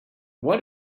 why